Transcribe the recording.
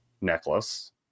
necklace